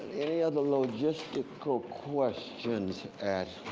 any other logistical questions